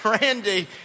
Randy